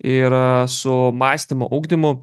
ir su mąstymo ugdymu